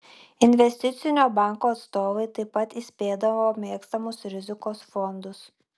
investicinio banko atstovai taip pat įspėdavo mėgstamus rizikos fondus